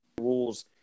rules